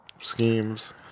schemes